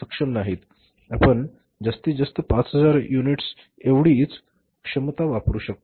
आपण जास्तीत जास्त ५००० युनिट्स एवढीच क्षमता वापरू शकतो